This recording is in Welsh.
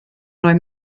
rhoi